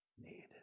need